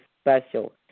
special